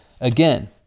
Again